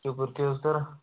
سوپور کیٛاہ حظ کَران